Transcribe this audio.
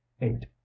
eight